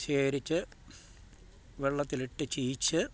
ശേഖരിച്ച് വെള്ളത്തിലിട്ട് ചീയിച്ച്